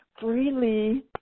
freely